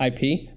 IP